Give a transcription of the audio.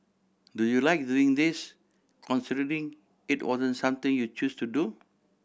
do you like doing this considering it wasn't something you chose to do